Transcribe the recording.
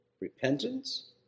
Repentance